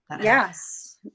Yes